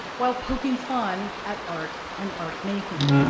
while poking fun at art and art making.